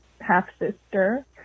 half-sister